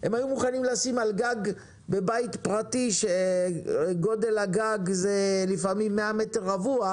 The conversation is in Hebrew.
הן היו מוכנות לשים על גג בבית פרטי כשגודל הגג הוא לפעמים 100 מ"ר.